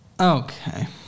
Okay